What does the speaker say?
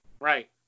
Right